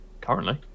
currently